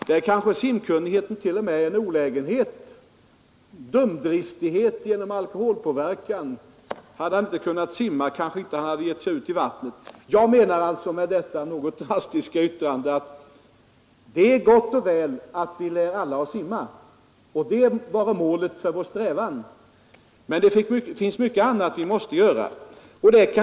Då kan simkunnigheten kanske t.o.m. vara en olägenhet. Om den förolyckade inte hade kunnat simma, hade han kanske inte gett sig ut i vattnet. Jag menar med detta kanske något drastiska yttrande att det är gott och väl att vi lär alla att simma — och det vare målet för vår strävan — men att det finns mycket annat vi måste göra.